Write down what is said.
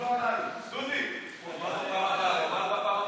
גברתי היושב-ראש,